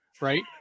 Right